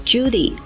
Judy